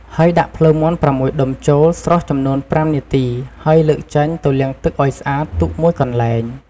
ហើយដាក់ភ្លៅមាន់៦ដុំចូលស្រុះចំនួន៥នាទីហើយលើកចេញទៅលាងទឹកឱ្យស្អាតទុកមួយកន្លែង។